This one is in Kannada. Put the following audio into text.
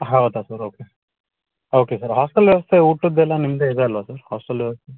ಹೌದಾ sir okay okay sir hostel ವ್ಯವಸ್ಥೆ ಊಟದ್ದೆಲ್ಲ ನಿಮ್ಮದೇ ಇದಲ್ವಾ ಸರ್ ಹಾಸ್ಟೆಲ್ ವ್ಯವಸ್ಥೆ